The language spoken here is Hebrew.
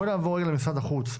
בואי נעבור למשרד החוץ,